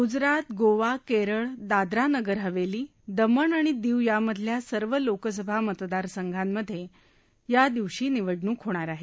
गुजरात गोवा केरळ दादरा नगर हवेली दमण आणि दीव यामधल्या सर्व लोकसभा मतदारसंघामध्ये या दिवशी निवडणूक होणार आहे